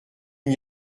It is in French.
n’y